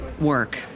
Work